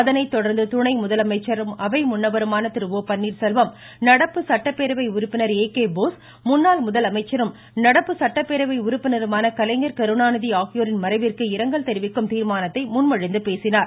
அதனை தொடர்ந்து துணை முதலமைச்சரும் அவை முன்னவருமான திரு ஓ பன்னீர்செல்வம் நடப்பு சட்டபேரவை உறுப்பினர் ஏ கே போஸ் முன்னாள் முதலமைச்சரும் நடப்பு சட்டப்பேரவை உறுப்பினருமான கலைஞர் கருணாநிதி ஆகியோரின் மறைவிற்கு இரங்கல் தெரிவிக்கும் தீர்மானத்தை முன்மொழிந்து பேசினார்